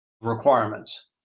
requirements